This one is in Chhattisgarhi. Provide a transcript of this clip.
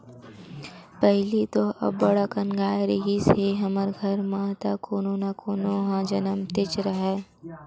पहिली तो अब्बड़ अकन गाय रिहिस हे हमर घर म त कोनो न कोनो ह जमनतेच राहय